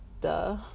duh